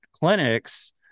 Clinics